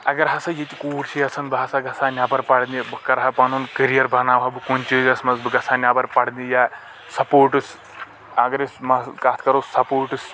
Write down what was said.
اگر ہسا ییٚتہِ کوٗر چھ یژھان بہٕ ہسا گژھہٕ ہا نیٚبر پرنہِ بہٕ کرٕ ہا پنُن کٔرِیر بناوٕ ہا بہٕ کُنہِ چیٖزَس منٛز بہٕ گژھہٕ ہا نیٚبر پرنہِ یا سپوٹٔس اگر أسۍ کتھ کرو سپوٹٔس